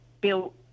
built